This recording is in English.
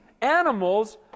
animals